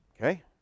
Okay